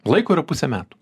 laiko yra pusė metų